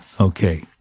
Okay